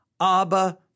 Abba